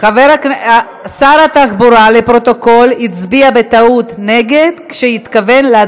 לוועדה שתקבע ועדת הכנסת נתקבלה.